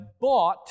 bought